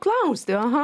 klausti aha